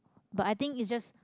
but I think is just